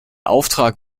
auftrag